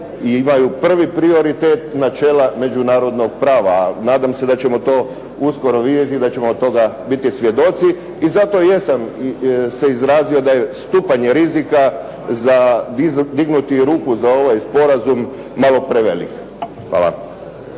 imaju prvi prioritet načela međunarodnog prava. A nadam se da ćemo to uskoro vidjeti, da ćemo od toga biti svjedoci. I zato jesam se izrazio da je stupanje rizika za dignuti ruku za ovaj sporazum malo prevelik. Hvala.